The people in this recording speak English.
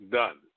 done